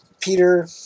Peter